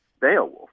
Beowulf